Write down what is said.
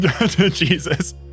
Jesus